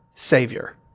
Savior